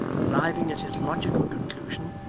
arriving at his logical conclusion,